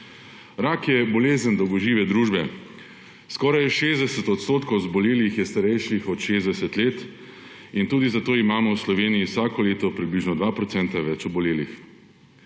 Rak je bolezen dolgožive družbe. Skoraj 60 % zbolelih je starejših od 60 let in tudi zato imamo v Sloveniji vsako leto približno 2 % več obolelih.